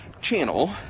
channel